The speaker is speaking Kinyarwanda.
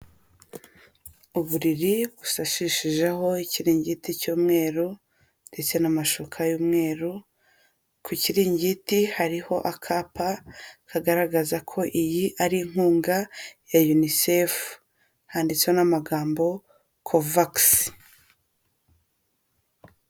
Uburiri busashishijeho ikiringiti cy'umweru, ndetse n'amashuka y'umweru, ku kiringiti hariho akapa kagaragaza ko iyi ari inkunga ya Unicef, handitsweho n'amagambo covax.